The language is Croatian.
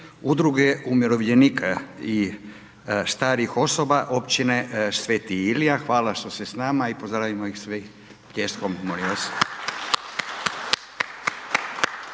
Udruge umirovljenika i starih osoba Općine Sv. Ilija, hvala što ste s nama i pozdravimo ih svi pljeskom, molim vas.